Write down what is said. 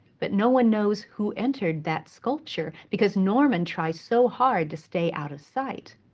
but no one knows who entered that sculpture, because norman tries so hard to stay out of sight.